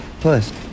plus